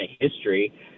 history